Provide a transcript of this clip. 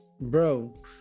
bro